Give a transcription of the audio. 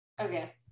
Okay